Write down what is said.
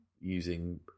using